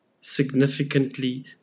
significantly